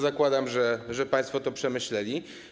Zakładam, że państwo to przemyśleli.